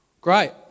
Great